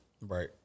Right